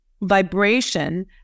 vibration